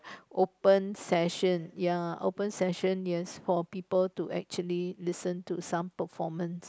open session ya open session yes for people to actually listen to some performance